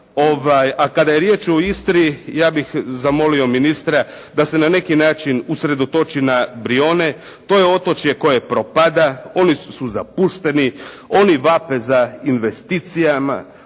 A kada je riječ o Istri, ja bih zamolio ministra da se na neki način usredotoči na Brione. To je otočje koje propada. Oni su zapušteni, oni vape za investicijama,